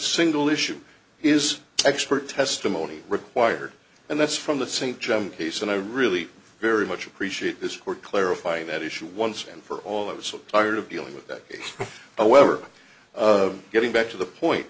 single issue is expert testimony required and that's from the st john case and i really very much appreciate this for clarifying that issue once and for all i was so tired of dealing with that a waiver getting back to the point